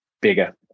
bigger